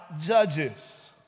judges